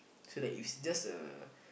so that you just a